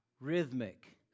rhythmic